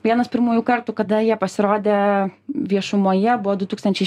vienas pirmųjų kartų kada jie pasirodė viešumoje buvo du tūkstančiai